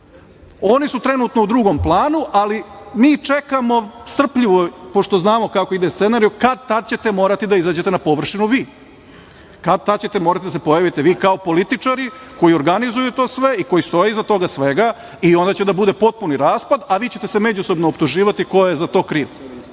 oni su trenutno u drugom planu, ali mi čekamo strpljivo, pošto znamo kako ide scenario, ali kad-tad ćete morati da izađete na površinu vi, kad-tad ćete morati da se pojavite vi kao političari koji organizujete to sve, koji stoje iza toga svega i onda će da bude potpuni raspad, a vi ćete se međusobno optuživati ko je za to kriv. Ono